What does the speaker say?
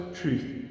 truth